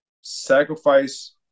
sacrifice